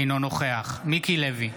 אינו נוכח מיקי לוי,